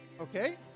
Okay